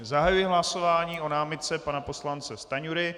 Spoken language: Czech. Zahajuji hlasování o námitce pana poslance Stanjury.